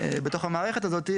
בתוך המערכת הזאת,